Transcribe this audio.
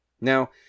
Now